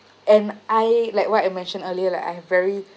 and I like what I mentioned earlier like I've very